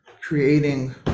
creating